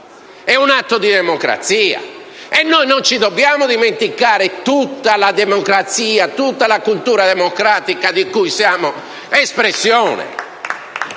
È un atto di democrazia e noi non dobbiamo dimenticare tutta la democrazia e tutta la cultura democratica di cui siamo espressione!